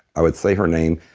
i would say her name,